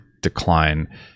decline